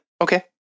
Okay